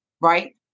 right